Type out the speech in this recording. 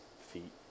feet